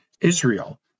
Israel